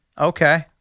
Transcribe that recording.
Okay